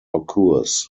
occurs